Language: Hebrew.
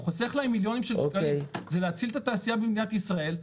זה חוסך להם מיליונים של שקלים וזה להציל את התעשייה במדינת ישראל.